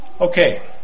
Okay